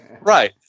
Right